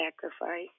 sacrifice